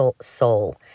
soul